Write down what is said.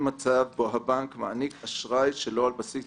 אין מצב בו הבנק מעניק אשראי שלא על בסיס